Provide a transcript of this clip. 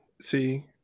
see